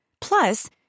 Plus